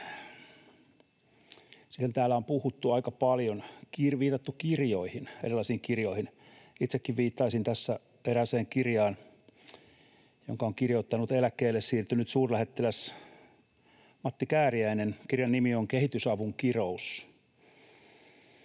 Sitten täällä on aika paljon viitattu erilaisiin kirjoihin. Itsekin viittaisin tässä erääseen kirjaan, jonka on kirjoittanut eläkkeelle siirtynyt suurlähettiläs Matti Kääriäinen. Kirjan nimi on ”Kehitysavun kirous”.